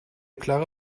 klare